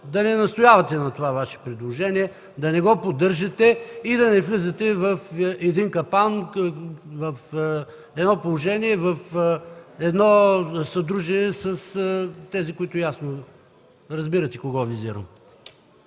да не настоявате на това Ваше предложение, да не го поддържате и да не влизате в един капан, в едно положение, в едно съдружие с тези – ясно разбирате кого визирам.